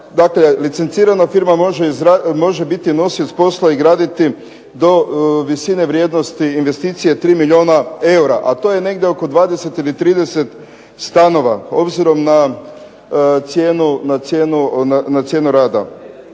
dakle licencirana firma može biti nosioc posla i graditi do visine vrijednosti investicije 3 milijuna eura, a to je negdje oko 20 ili 30 stanova obzirom na cijenu rada